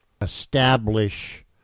establish